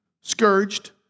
scourged